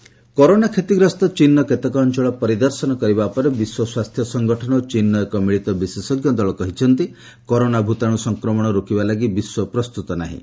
ହୁ virus world corona କ୍ଷତିଗ୍ରସ୍ତ ଚୀନର କେତେକ ଅଞ୍ଚଳ ପରିଦର୍ଶନ କରିବା ପରେ ବିଶ୍ୱ ସ୍ୱାସ୍ଥ୍ୟ ସଂଗଠନ ଓ ଚୀନର ଏକ ମିଳିତ ବିଶେଷଜ୍ଞ ଦଳ କହିଛନ୍ତି କରୋନା ଭୂତାଣୁ ସଂକ୍ରମଣ ରୋକିବା ଲାଗି ବିଶ୍ୱ ପ୍ରସ୍ତୁତ ନାହିଁ